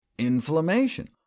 Inflammation